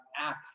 app